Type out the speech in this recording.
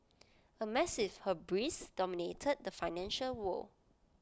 A massive hubris dominated the financial world